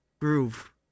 Groove